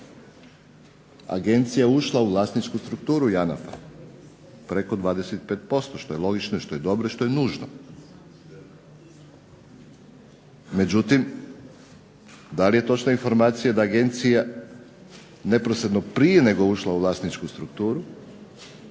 Agencija je ušla u vlasničku strukturu JANAF-a, preko 25%, što je logično, i što je dobro i što je nužno. Međutim da li je točna informacija da agencija neposredno prije nego je ušla u vlasničku strukturu,